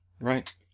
Right